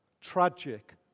tragic